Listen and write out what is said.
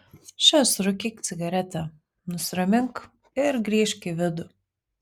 še surūkyk cigaretę nusiramink ir grįžk į vidų